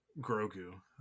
Grogu